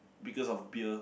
because of beer